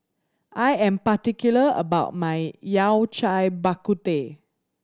I am particular about my Yao Cai Bak Kut Teh